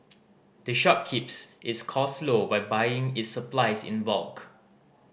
the shop keeps its cost low by buying its supplies in bulk